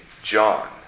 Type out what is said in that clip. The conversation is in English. john